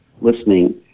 listening